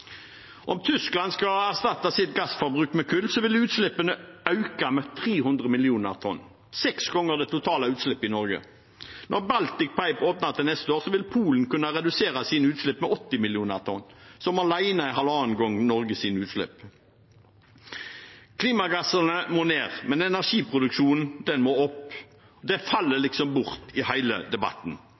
Om Tyskland skulle erstatte sitt gassforbruk med kull, ville utslippene øke med 300 mill. tonn – seks ganger det totale utslippet i Norge. Når Baltic Pipe åpner til neste år, vil Polen kunne redusere sine utslipp med 80 mill. tonn, som alene er halvannen gang Norges utslipp. Klimagassene må ned, men energiproduksjonen må opp. Det faller liksom bort i hele debatten.